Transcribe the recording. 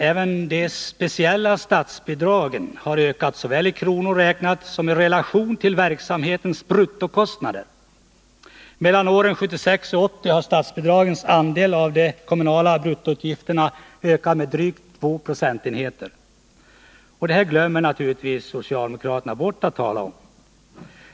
Även de speciella statsbidragen har ökat såväl i kronor räknat som i relation till verksamhetens bruttokostnader. Mellan åren 1976 och 1980 har statsbidragens andel av de kommunala bruttoutgifterna ökat med drygt 2 procentenheter. Detta glömmer naturligtvis socialdemokraterna bort att tala om.